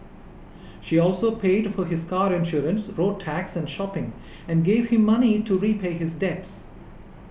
she also paid for his car insurance road tax and shopping and gave him money to repay his debts